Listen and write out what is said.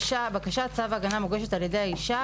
בקשת צו הגנה מוגשת על ידי האישה,